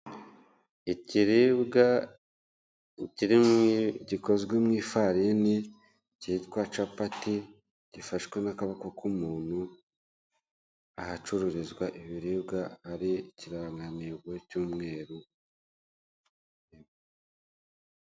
Ikiribwa kiri gikozwe mu ifarini cyitwa capati gifashwe n'akaboko k'umuntu ahacururizwa ibiribwa hari ikirangantego cy'umweru.